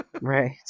Right